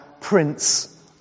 Prince